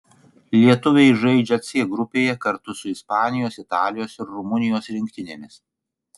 lietuviai žaidžia c grupėje kartu su ispanijos italijos ir rumunijos rinktinėmis